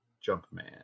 Junkman